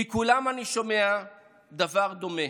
ומכולם אני שומע דבר דומה: